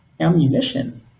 ammunition